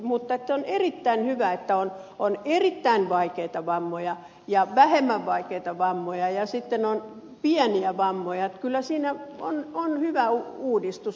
mutta on erittäin hyvä että on erittäin vaikeita vammoja ja vähemmän vaikeita vammoja ja sitten on pieniä vammoja eli kyllä tämä on hyvä uudistus